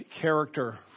character